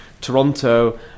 Toronto